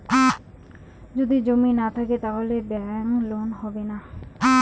যদি জমি না থাকে তাহলে কি ব্যাংক লোন হবে না?